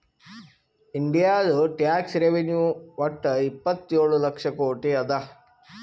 ಇಂಡಿಯಾದು tax revenue ವಟ್ಟ ಇಪ್ಪತ್ತೇಳು ಲಕ್ಷ ಕೋಟಿ ಅದಾ